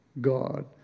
God